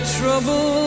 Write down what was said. trouble